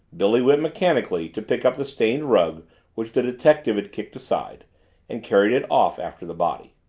billy went mechanically to pick up the stained rug which the detective had kicked aside and carried it off after the body.